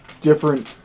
different